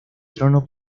trono